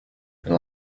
the